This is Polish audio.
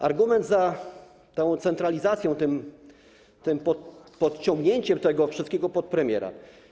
Argument za tą centralizacją, tym podciągnięciem tego wszystkiego pod premiera.